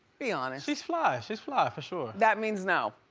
be honest. she's fly, she's fly, for sure. that means no,